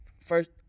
first